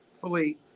fully